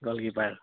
goalkeeper